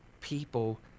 people